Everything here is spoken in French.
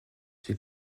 j’ai